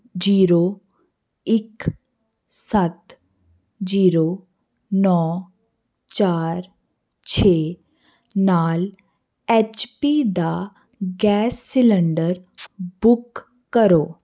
zero ਇਕ ਸੱਤ zero ਨੌਂ ਚਾਰ ਛੇ ਨਾਲ ਐੱਚਪੀ ਦਾ ਗੈਸ ਸਿਲੰਡਰ ਬੁੱਕ ਕਰੋ